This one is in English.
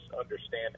understanding